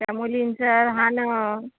त्या मुलींचं रहाणं